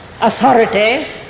authority